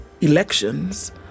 elections